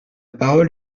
parole